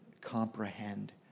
comprehend